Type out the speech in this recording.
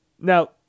Now